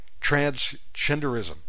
transgenderism